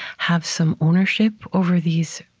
have some ownership over these,